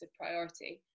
priority